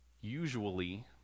Usually